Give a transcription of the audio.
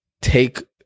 take